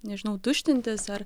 nežinau tuštintis ar